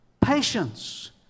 Patience